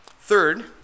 Third